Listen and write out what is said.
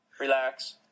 relax